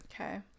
Okay